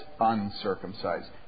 uncircumcised